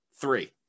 three